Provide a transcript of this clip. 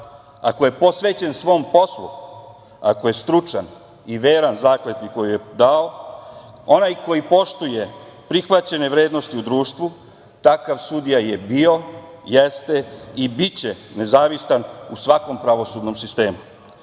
koji je posvećen svom poslu, ako je stručan i veran zakletvi koju je dao, onaj koji poštuje prihvaćene vrednosti u društvu, takav sudija je bio, jeste i biće nezavistan u svakom pravosudnom sistemu. Oni